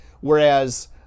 Whereas